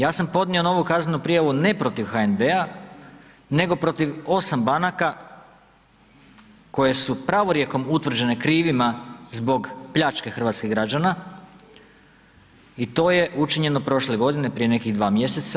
Ja sam podnio novu kaznenu prijavu, ne protiv HNB-a, nego protiv osam banaka koje su pravorijekom utvrđene krivima zbog pljačke hrvatskih građana, i to je učinjeno prošle godine, prije nekih dva mjeseca.